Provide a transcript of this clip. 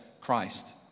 Christ